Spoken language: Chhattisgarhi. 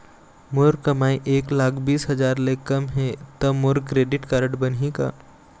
मोर कमाई एक लाख बीस हजार ले कम हे त मोर क्रेडिट कारड बनही का?